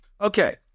Okay